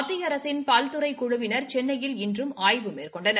மத்திய அரசு பல்துறை குழுவினர் சென்னையில் இன்றும் ஆய்வு மேற்கொண்டனர்